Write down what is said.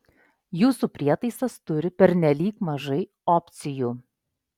jūsų prietaisas turi pernelyg mažai opcijų